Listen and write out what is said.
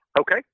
Okay